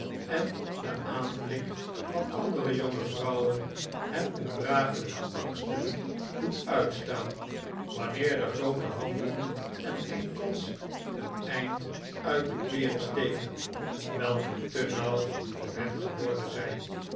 en den aanblik van andere jonge vrouwen hen ondragelijke angsten doet uitstaan wanneer de groote handen en enkels een eind uit de kleeren steken welke te nauw voor hen geworden zijn